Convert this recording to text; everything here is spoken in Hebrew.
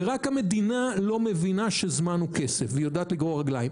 ורק המדינה לא מבינה שזמן הוא כסף והיא יודעת לגרור רגליים.